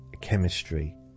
chemistry